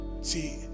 See